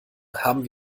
haben